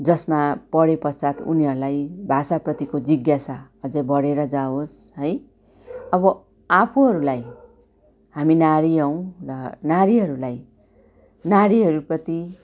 जसमा पढेपश्चात उनीहरूलाई भाषाप्रतिको जिज्ञासा अझै बडेर जावोस् है अब आफूहरूलाई हामी नारी हौँ र नारीहरूलाई नारीहरूप्रति